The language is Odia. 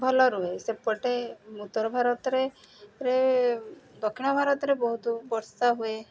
ଭଲ ରୁହେ ସେପଟେ ଉତ୍ତର ଭାରତରେ ରେ ଦକ୍ଷିଣ ଭାରତରେ ବହୁତ ବର୍ଷା ହୁଏ